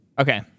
Okay